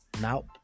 Now